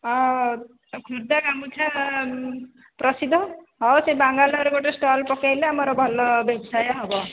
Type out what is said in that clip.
ହଁ ଖୋର୍ଦ୍ଧା ଗାମୁଛା ପ୍ରସିଦ୍ଧ ହଁ ସେ ବାଙ୍ଗାଲୋର ରେ ଗୋଟିଏ ଷ୍ଟଲ ପକେଇଲେ ଆମର ଭଲ ବ୍ୟବସାୟ ହେବ